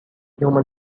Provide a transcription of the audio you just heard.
human